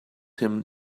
him